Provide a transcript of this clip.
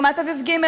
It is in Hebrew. רמת-אביב ג',